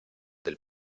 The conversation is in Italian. del